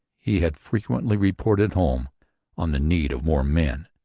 he had frequently reported home on the need of more men.